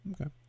Okay